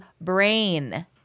brain